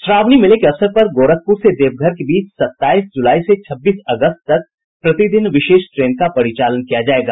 श्रावणी मेले के अवसर पर गोरखपुर से देवघर के बीच सत्ताई जुलाई से छब्बीस अगस्त तक प्रतिदिन विशेष ट्रेन का परिचालन किया जायेगा